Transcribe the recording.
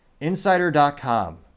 Insider.com